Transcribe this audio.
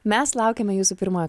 mes laukiame jūsų pirmojo